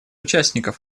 участников